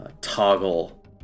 toggle